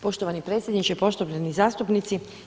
Poštovani predsjedniče, poštovani zastupnici.